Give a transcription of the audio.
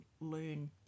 learn